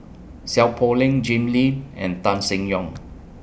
Seow Poh Leng Jim Lim and Tan Seng Yong